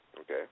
Okay